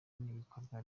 ibikorwa